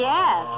Yes